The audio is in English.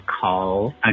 call